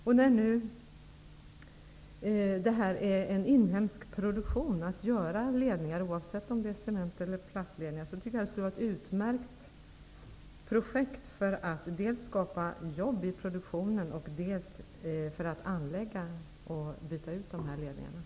Eftersom tillverkningen av dessa ledningar är inhemsk, oavsett om det är cement eller plastledningar, tycker jag att det skulle vara ett utmärkt projekt dels för att skapa jobb i produktionen, dels för att anlägga och byta ut dessa ledningar.